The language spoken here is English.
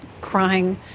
crying